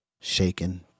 shaken